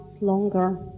longer